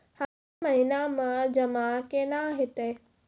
हमरा महिना मे जमा केना हेतै?